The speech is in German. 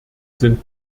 sind